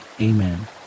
Amen